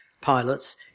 pilots